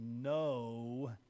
no